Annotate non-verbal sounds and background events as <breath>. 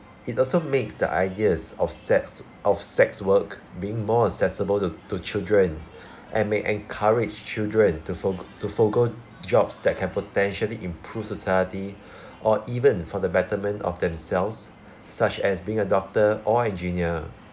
it also makes the ideas of sex of sex work being more accessible to to children <breath> and may encourage children to forg~ to forgo jobs that can potentially improve society <breath> or even for the betterment of themselves such as being a doctor or engineer